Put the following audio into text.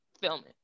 Filming